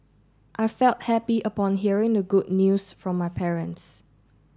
I felt happy upon hearing the good news from my parents